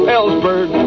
Ellsberg